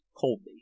coldly